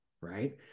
right